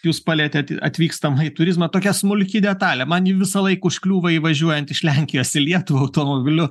jūs palietėt atvykstamąjį turizmą tokia smulki detalė man ji visąlaik užkliūva įvažiuojant iš lenkijos į lietuvą automobiliu